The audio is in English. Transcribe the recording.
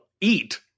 eat